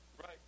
Right